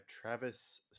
Travis